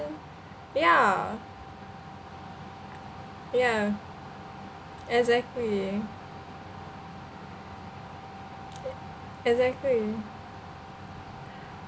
ya ya exactly exactly